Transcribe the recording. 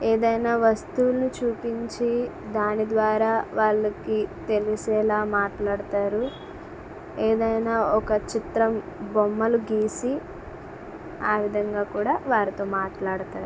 ఏదైనా వస్తువులు చూపించి దాని ద్వారా వాళ్ళకి తెలిసేలా మాట్లాడతారు ఏదైనా ఒక చిత్రం బొమ్మలు గీసి ఆ విధంగా కూడా వారితో మాట్లాడతారు